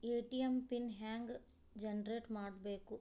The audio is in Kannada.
ಎ.ಟಿ.ಎಂ ಪಿನ್ ಹೆಂಗ್ ಜನರೇಟ್ ಮಾಡಬೇಕು?